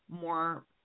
more